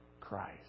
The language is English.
Christ